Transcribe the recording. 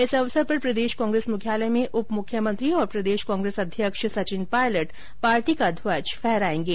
इस अवसर पर प्रदेश कांग्रेस मुख्यालय में उप मुख्यमंत्री और प्रदेश कांग्रेस अध्यक्ष सचिन पायलट पार्टी का ध्वज फहरायेंगे